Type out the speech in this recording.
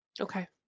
Okay